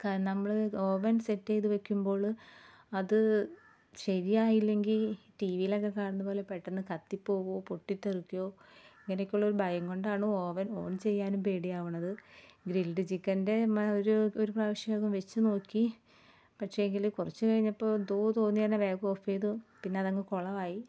നമ്മള് oven set ചെയ്ത് വയ്ക്കുമ്പോളാണ് അത് ശരിയായി ഇല്ലെങ്കിൽ ടീവിയിൽ ഒക്കെ കാണുന്നത് പോലെ പെട്ടന്ന് കത്തി പോകുവോ പൊട്ടി തെറിക്കുവോ ഇങ്ങനെ ഒക്കെ ഉള്ളൊരു ഭയം കൊണ്ടാണ് ഓവൻ ഓൺ ചെയ്യാനും പേടിയാവണത് ഗ്രിൽഡ് ചിക്കൻ്റെ ഒരു ഒരു പ്രവശ്യമൊക്കെ വച്ച് നോക്കി പക്ഷേങ്കില് കുറച്ച് കഴിഞ്ഞപ്പോൾ എന്തോ തോന്നിയത് വേഗം ഓഫ് ചെയ്തു പിന്നെ അതങ്ങ് കുളവായി